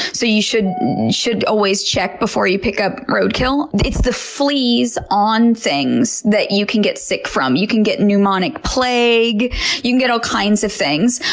so you should should always check before you pick up roadkill. it's the fleas on things that you can get sick from. you can get pneumonic plague you can get all kinds of things.